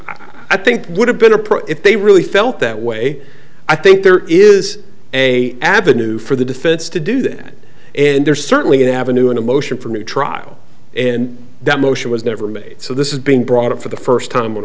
i think would have been a pro if they really felt that way i think there is a avenue for the defense to do that and there's certainly an avenue and a motion for a new trial and that motion was never made so this is being brought up for the first time